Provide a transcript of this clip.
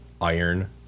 iron